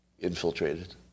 infiltrated